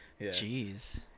Jeez